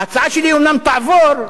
ההצעה שלי אומנם תעבור,